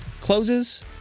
closes